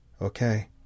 Okay